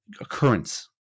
occurrence